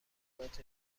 تعهدات